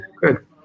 good